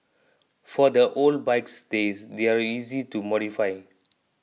for the old bikes these they're easy to modify